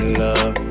love